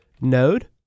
node